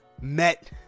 met